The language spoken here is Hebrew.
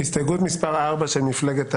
הסתייגות מס' 4 של מפלגת העבודה,